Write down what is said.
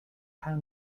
how